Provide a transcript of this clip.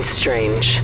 strange